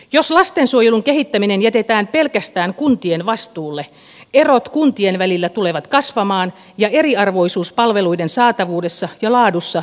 jos lastensuojelun kehittäminen jätetään pelkästään kuntien vastuulle erot kuntien välillä tulevat kasvamaan ja eriarvoisuus palveluiden saatavuudessa ja laadussa lisääntymään